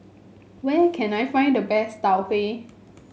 where can I find the best Tau Huay